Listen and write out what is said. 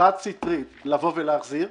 חד סטרית לבוא ולהחזיר,